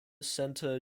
centre